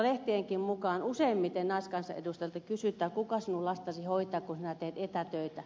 lehtienkin mukaan useimmiten naiskansanedustajilta kysytään kuka sinun lastasi hoitaa kun sinä teet etätöitä